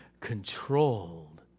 controlled